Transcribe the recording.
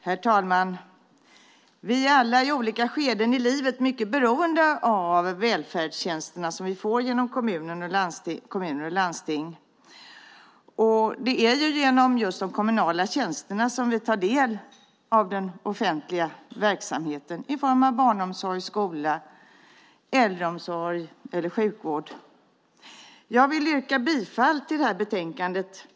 Herr talman! Vi är alla i olika skeden i livet mycket beroende av de välfärdstjänster vi får genom kommuner och landsting. Det är just genom de kommunala tjänsterna som vi tar del av den offentliga verksamheten i form av barnomsorg, skola, äldreomsorg och sjukvård. Jag vill yrka bifall till förslaget i betänkandet.